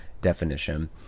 definition